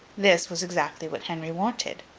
this was exactly what henry wanted.